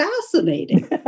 fascinating